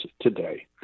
today